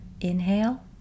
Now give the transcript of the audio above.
inhale